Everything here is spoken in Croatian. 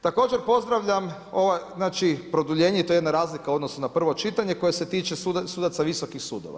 Također pozdravljam znači produljenje to je jedna razlika u odnosu na prvo čitanje koje se tiče sudaca visokih sudova.